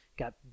got